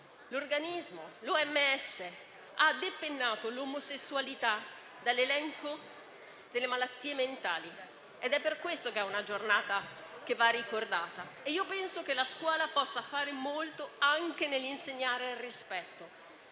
l'OMS ha depennato l'omosessualità dall'elenco delle malattie mentali: è una giornata che deve essere ricordata. Io penso che la scuola possa fare molto anche nell'insegnare il rispetto: